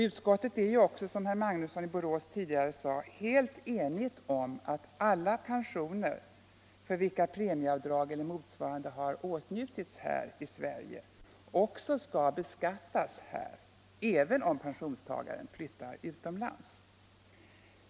Utskottet är också, som herr Mag nusson i Borås tidigare sade, helt enigt om att alla pensioner, för vilka premieavdrag eller motsvarande förmån har åtnjutits här i landet, också skall beskattas i Sverige även om pensionstagaren flyttar utomlands.